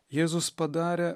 jėzus padarė